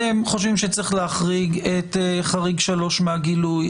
אתם חושבים שצריך להחריג את חריג 3 מהגילוי.